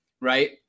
right